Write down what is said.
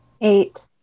Eight